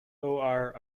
cor